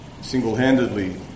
single-handedly